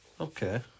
Okay